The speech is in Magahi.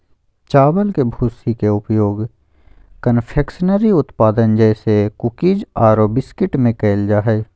चावल के भूसी के उपयोग कन्फेक्शनरी उत्पाद जैसे कुकीज आरो बिस्कुट में कइल जा है